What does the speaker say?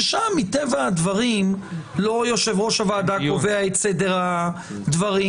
ששם מטבע הדברים לא יושב-ראש הוועדה קובע את סדר הדברים,